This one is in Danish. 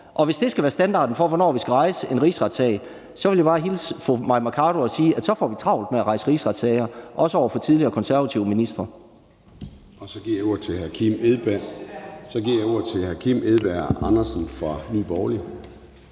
Og hvis det skal være standarden for, hvornår vi skal rejse en rigsretssag, vil jeg bare hilse fru Mai Mercado og sige, at så får vi travlt med at rejse rigsretssager, også over for tidligere konservative ministre. Kl. 16:14 Formanden (Søren Gade): Så giver jeg ordet til hr. Kim Edberg Andersen fra Nye Borgerlige.